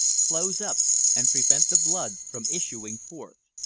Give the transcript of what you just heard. close up and prevent the blood from issuing forth.